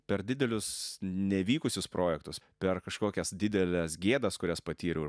per didelius nevykusius projektus per kažkokias dideles gėdas kurias patyriau